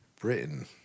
Britain